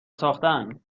ساختن